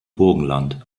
burgenland